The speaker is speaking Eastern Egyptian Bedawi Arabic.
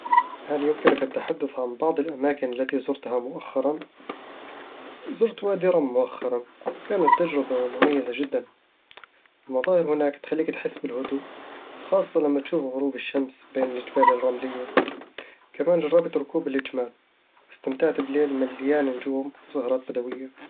هل يمكنك التحدث عن بعض الأماكن التي زرتها مؤخرًا؟ زرت وادي رم مؤخرًا، وكانت تجربة مميزة جدًا المناظر هناك تخليك تحس بالهدوء، خاصة لما تشوف غروب الشمس بين الجبال الرملية كمان جربت ركوب الجمال، واستمتعت بليل مليان نجوم وسهرات بدوية